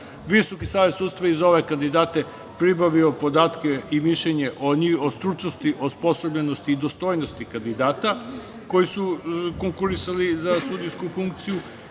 VSS.Visoki savet sudstva je za ove kandidate pribavio podatke i mišljenje o stručnosti i osposobljenosti i dostojnosti kandidata, koji su konkurisali za sudijsku funkciju